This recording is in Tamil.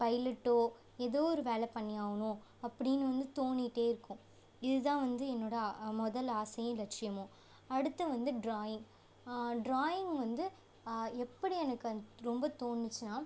பைலெட்டோ ஏதோ ஒரு வேலை பண்ணியாகணும் அப்படின்னு வந்து தோணிட்டே இருக்கும் இது தான் வந்து என்னோடய அ முதல் ஆசையும் லட்சியமும் அடுத்து வந்து ட்ராயிங் ட்ராயிங் வந்து எப்படி எனக்கு ரொம்ப தோணுச்சுன்னா